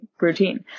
routine